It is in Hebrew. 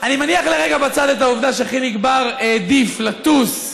אני מניח לרגע בצד את העובדה שחיליק בר העדיף לטוס,